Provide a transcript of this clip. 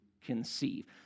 conceive